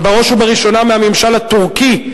אבל בראש ובראשונה מהממשל הטורקי,